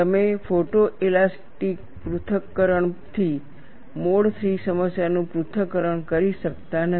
તમે ફોટોએલાસ્ટિક પૃથ્થકરણ થી મોડ III સમસ્યાનું પૃથ્થકરણ કરી શકતા નથી